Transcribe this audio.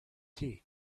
tea